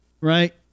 right